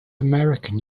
american